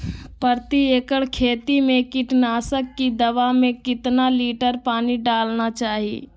प्रति एकड़ खेती में कीटनाशक की दवा में कितना लीटर पानी डालना चाइए?